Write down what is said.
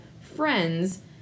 friends